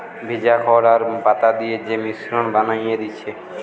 ভিজা খড় আর পাতা দিয়ে যে মিশ্রণ বানিয়ে দিচ্ছে